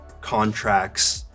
contracts